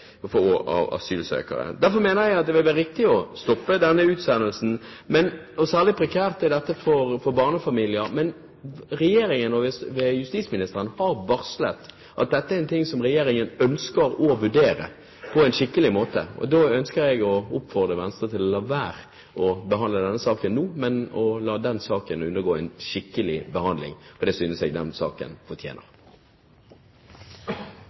av flyktninger og asylsøkere. Derfor mener jeg at det ville være riktig å stoppe denne utsendelsen. Særlig prekært er dette for barnefamilier. Men regjeringen ved justisministeren har varslet at dette er noe som regjeringen ønsker å vurdere på en skikkelig måte. Da ønsker jeg å oppfordre Venstre til å la være å behandle denne saken nå, men la den undergå en skikkelig behandling, for det synes jeg denne saken fortjener.